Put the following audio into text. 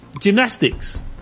gymnastics